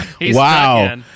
wow